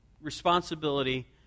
responsibility